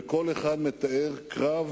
וכל אחד מתאר קרב,